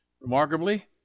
Remarkably